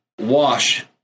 wash